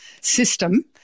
system